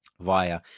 via